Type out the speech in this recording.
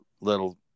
little